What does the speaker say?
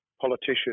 politician